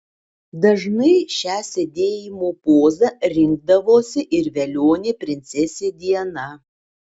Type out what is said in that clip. dažnai šią sėdėjimo pozą rinkdavosi ir velionė princesė diana